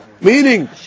meaning